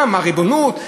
גם הריבונות,